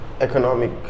Economic